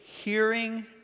Hearing